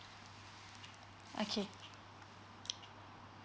okay